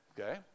Okay